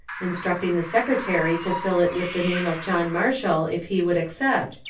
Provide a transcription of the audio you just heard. instructing the secretary to fill it with the name of john marshall if he would accept,